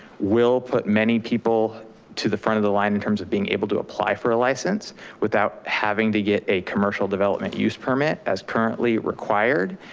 will put many people to the front of the line in terms of being able to apply for a license without having to get a commercial development use permit as currently required,